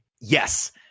Yes